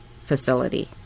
facility